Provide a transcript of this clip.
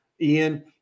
Ian